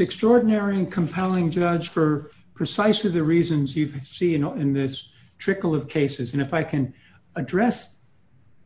extraordinary and compelling judge for precisely the reasons you've seen her in this trickle of cases and if i can address